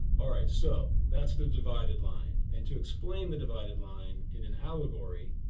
all right, so that's the divided line. and to explain the divided line in an allegory